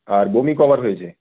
আর বমি কবার হয়েছে